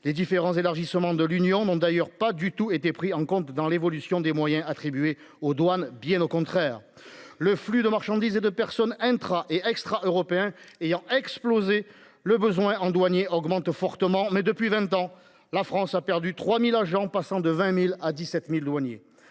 les différents élargissement de l'Union ont d'ailleurs pas du tout été pris en compte dans l'évolution des moyens attribués aux douanes, bien au contraire. Le flux de marchandises et de personnes intra et extra européen ayant explosé le besoin en douaniers augmentent fortement. Mais depuis 20 ans la France a perdu 3000 agents, passant de 20.000 à 17.000 douaniers